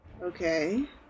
Okay